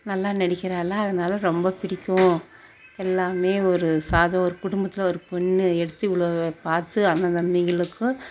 நல்ல நடிக்கிறாள் அதனால ரொம்ப பிடிக்கும் எல்லாமே ஒரு சாதா ஒரு குடும்பத்தில் ஒரு பொண்ணு எடுத்து இவ்வளோ பார்த்து அண்ணன் தம்பிகளுக்கும்